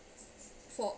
for